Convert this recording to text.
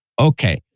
Okay